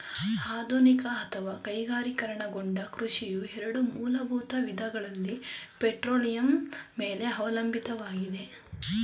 ಆಧುನಿಕ ಅಥವಾ ಕೈಗಾರಿಕೀಕರಣಗೊಂಡ ಕೃಷಿಯು ಎರಡು ಮೂಲಭೂತ ವಿಧಗಳಲ್ಲಿ ಪೆಟ್ರೋಲಿಯಂನ ಮೇಲೆ ಅವಲಂಬಿತವಾಗಿದೆ